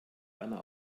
einer